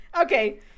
okay